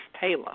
Taylor